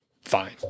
fine